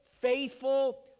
faithful